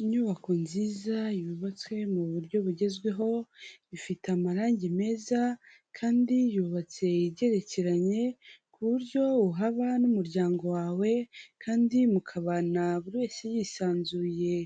Inyubako nziza yubatswe mu buryo bugezweho ifite amarangi meza kandi yubatse igerekeranye ku buryo uhaba n'umuryango wawe kandi mukabana buri wese yisanzuye.